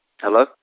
Hello